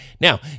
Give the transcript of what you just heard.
Now